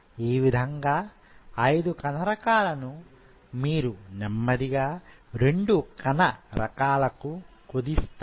ఈ విధంగా 5 కణ రకాలను మీరు నెమ్మదిగా 2 కణ రకాలకు కుదిస్తారు